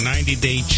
90-Day